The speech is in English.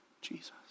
Jesus